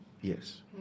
Yes